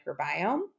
microbiome